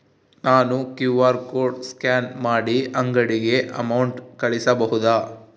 ನಾನು QR code scan ಮಾಡಿ ಅಂಗಡಿಗೆ ಅಮೌಂಟ್ ಕಳಿಸಬಹುದಾ?